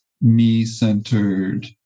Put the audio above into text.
me-centered